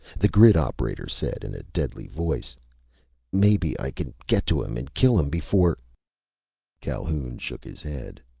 the grid operator said in a deadly voice maybe i can get to him and kill him before calhoun shook his head.